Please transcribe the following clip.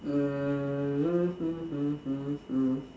um hmm hmm hmm hmm hmm